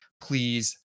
Please